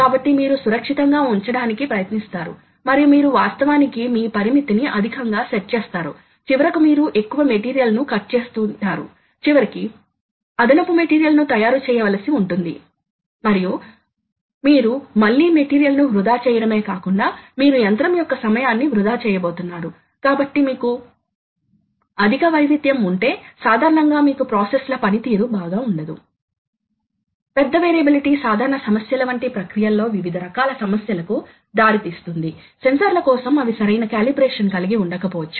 కాబట్టి ఈ పొడవు వాస్తవానికి మారుతోంది వాస్తవానికి తగ్గిపోతోంది కాబట్టి అక్కడ వివిధ రకాల ఆఫ్సెట్ లు ఉత్పత్తి చేయబడతాయి మరియు ఇవి మరియు మీరు నిజంగా కదలికను ఇస్తునట్లైతే కాబట్టి మీరు సాధనానికి మోషన్ను ఎటువంటి పద్ధతి లో ఇవ్వాలి అంటే ఈ పరిమిత టూల్ హెడ్ పరిస్థితిని జాగ్రత్త తీసుకున్నట్లైతే సరైన పరామితి పొందవచ్చు